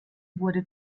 wurde